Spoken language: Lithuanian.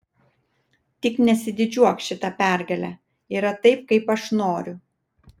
tik nesididžiuok šita pergale yra taip kaip aš noriu